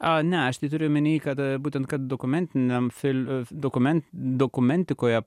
a ne aš tai turiu omeny kad būtent kad dokumentiniam fil dokument dokumentikoje